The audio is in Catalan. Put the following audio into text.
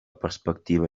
perspectiva